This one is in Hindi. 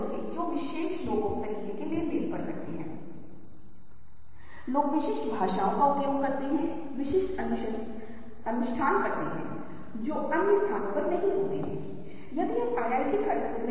घृणा में रंगों का प्रमुख रूप से उपयोग किया जाता है शांति के लिए रंगों का प्रमुख रूप से उपयोग किया जाता है रोमांस की भावना के लिए उदासी के लिए आप पा सकते हैं कि रंग अलग अलग हैं